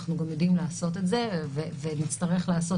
אנחנו גם יודעים לעשות את זה ונצטרך לעשות